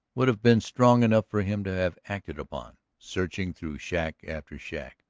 would have been strong enough for him to have acted upon, searching through shack after shack,